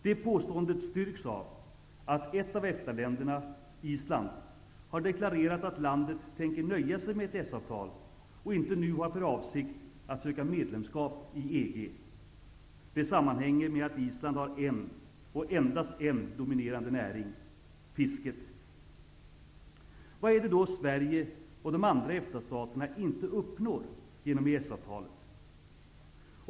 Det påståendet styrks av att ett av EFTA länderna, Island, har deklarerat att landet tänker nöja sig med EES-avtalet och inte nu har för avsikt att söka medlemskap i EG. Det sammanhänger med att Island har en, och endast en, dominerande näring -- fisket! Vad är det då Sverige och de andra EFTA-staterna inte uppnår genom EES-avtalet?